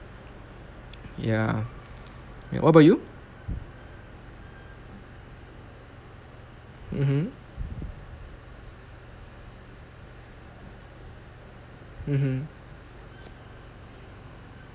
ya what about you mmhmm mmhmm